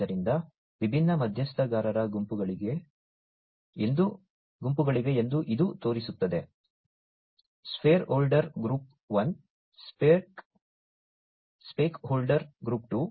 ಆದ್ದರಿಂದ ವಿಭಿನ್ನ ಮಧ್ಯಸ್ಥಗಾರರ ಗುಂಪುಗಳಿವೆ ಎಂದು ಇದು ತೋರಿಸುತ್ತದೆ ಸ್ಟೇಕ್ಹೋಲ್ಡರ್ ಗ್ರೂಪ್ 1 ಸ್ಟೇಕ್ಹೋಲ್ಡರ್ ಗ್ರೂಪ್ 2